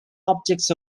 objects